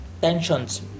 tensions